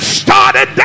started